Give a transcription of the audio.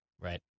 Right